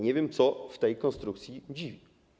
Nie wiem, co w tej konstrukcji dziwi.